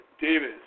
davis